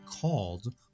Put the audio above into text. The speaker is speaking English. called